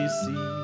see